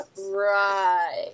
Right